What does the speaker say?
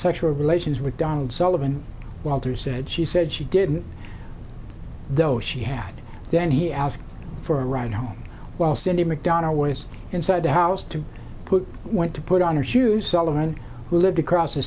sexual relations with donald sullivan walters said she said she didn't though she had then he asked for a ride home while cindy mcdonald was inside the house to put went to put on her shoes sullivan who lived across the